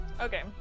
Okay